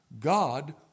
God